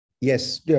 Yes